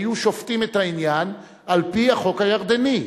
היו שופטים את העניין על-פי החוק הירדני.